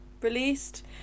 released